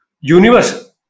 universe